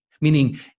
Meaning